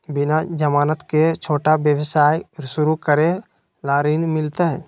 बिना जमानत के, छोटा व्यवसाय शुरू करे ला ऋण मिलतई?